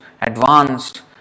advanced